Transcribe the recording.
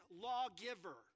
lawgiver